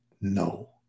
no